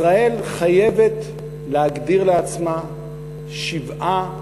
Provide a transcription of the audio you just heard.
ישראל חייבת להגדיר לעצמה שבעה,